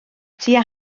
tua